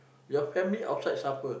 your family outside suffer